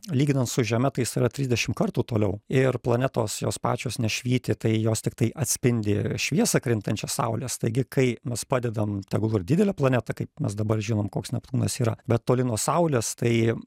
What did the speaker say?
lyginant su žeme tai jis yra trisdešimt kartų toliau ir planetos jos pačios nešvyti tai jos tiktai atspindi šviesą krintančią saulės taigi kai mes padedam tegul ir didelę planetą kaip mes dabar žinome koks neptūnas yra bet toli nuo saulės tai